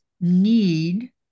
need